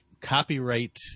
copyright